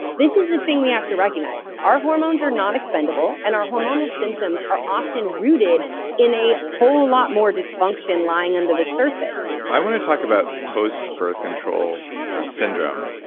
this is the thing we have to recognize. our hormones are not expendable and our hormonal symptoms are often rooted in a whole lot more dysfunction lying under the surface i want to talk about post-birth control syndrome,